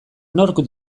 nork